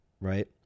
right